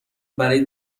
برای